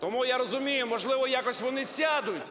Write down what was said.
Тому я розумію, можливо, якось вони сядуть,